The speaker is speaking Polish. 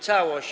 Całość.